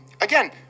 Again